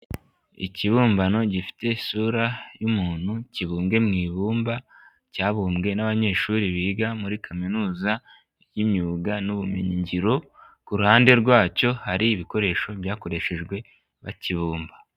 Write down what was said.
Ikibumbano gifite isura y'umuntu, kibumbwe mu ibumba, cyabumbwe n'abanyeshuri biga muri kaminuza y'imyuga n'ubumenyingiro, ku ruhande rwacyo hari ibikoresho byakoreshejwe bakibumba.